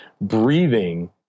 Breathing